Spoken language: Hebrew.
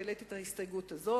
העליתי את ההסתייגות הזאת.